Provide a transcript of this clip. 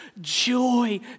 joy